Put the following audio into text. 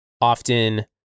often